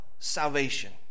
salvation